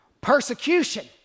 persecution